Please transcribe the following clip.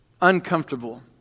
uncomfortable